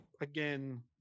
again